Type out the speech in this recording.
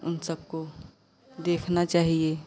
उन सबको देखना चाहिए